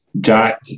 Jack